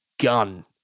gun